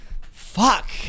Fuck